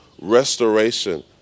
restoration